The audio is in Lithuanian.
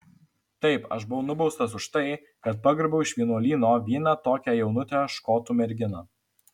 taip aš buvau nubaustas už tai kad pagrobiau iš vienuolyno vieną tokią jaunutę škotų merginą